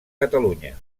catalunya